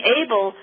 able